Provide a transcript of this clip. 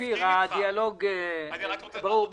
הדיאלוג ברור.